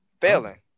failing